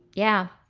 yeah.